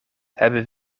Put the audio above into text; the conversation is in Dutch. hebben